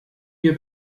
wir